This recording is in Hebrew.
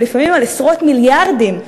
ולפעמים על עשרות מיליארדים,